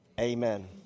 Amen